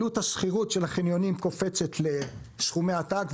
עלות השכירות של החניונים קופצת לסכומי עתק,